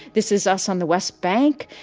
this is us on the west bank.